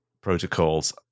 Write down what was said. protocols